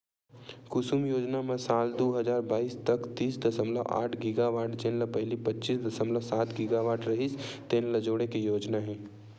कुसुम योजना म साल दू हजार बाइस तक तीस दसमलव आठ गीगावाट जेन ल पहिली पच्चीस दसमलव सात गीगावाट रिहिस तेन ल जोड़े के योजना हे